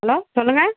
hello சொல்லுங்க